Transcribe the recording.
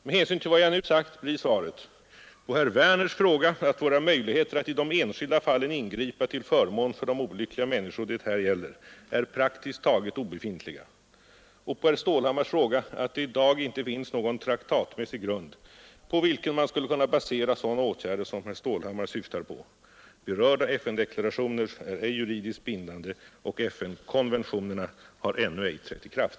Med hänsyn till vad jag nu sagt blir svaret a) på herr Werners fråga, att våra möjligheter att i de enskilda fallen ingripa till förmån för de olyckliga människor det här gäller är praktiskt taget obefintliga och b) på herr Stålhammars fråga, att det i dag inte finns någon traktatmässig grund på vilken man skulle kunna basera sådana åtgärder, som herr Stålhammar syftar på; berörda FN-deklarationer är ej juridiskt bindande och FN-konventionerna har ännu ej trätt i kraft.